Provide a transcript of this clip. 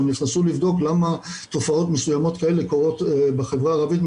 שהם נכנסו לבדוק למה תופעות מסוימות כאלה קורות בחברה הערבית,